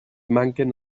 manquen